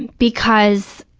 because